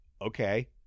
okay